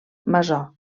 masó